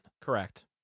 Correct